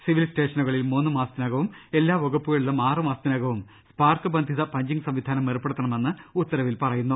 civil സ്റ്റേഷനുകളിൽ മൂന്ന് മാസത്തിനകവും എല്ലാ വകുപ്പുകളിലും ആറു മാസത്തിനകവും സ്പാർക്ക് ബന്ധിത പഞ്ചിങ്ങ് സംവിധാനം ഏർപ്പെടുത്തണമെന്ന് ഉത്തരവിൽ പറയുന്നു